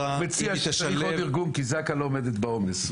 שצריך עוד ארגון, כי זק"א לא עומדת בעומס.